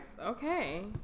Okay